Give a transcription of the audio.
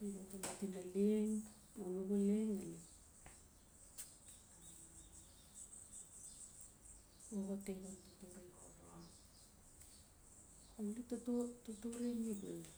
nugu xolot ina leng ngali xoxoti xan totore orong, totore mi bula